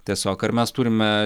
tiesiog ar mes turime